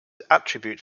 attribute